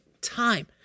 Time